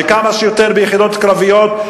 כמה שיותר ביחידות קרביות,